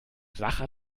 sacher